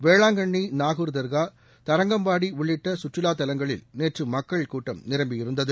வேளாங்கள்னி நாகூர் தர்கா தரங்கம்பாடி உள்ளிட்ட கற்றுலா தலங்களில் நேற்று மக்கள் கூட்டம் நிரம்பியிருந்தது